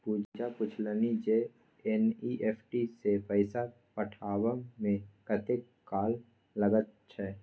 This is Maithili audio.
पूजा पूछलनि जे एन.ई.एफ.टी सँ पैसा पठेबामे कतेक काल लगैत छै